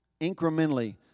Incrementally